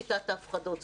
שיטת ההפחדות,